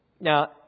Now